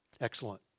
excellent